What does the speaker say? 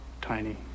Tiny